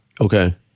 Okay